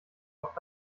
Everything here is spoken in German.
oft